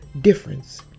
difference